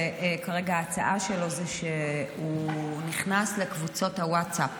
וכרגע ההצעה שלו היא שהוא נכנס לקבוצות הווטסאפ